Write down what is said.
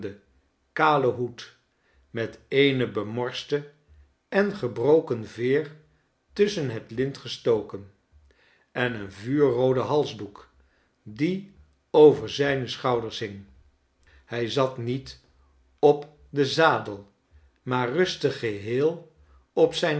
kalen hoed met eene bemorste en gebroken veer tusschen het lint gestoken en een vuurroodenhalsdoek die over zijne schouders hing hij zat niet op den zadel maar ruste geheel op zijn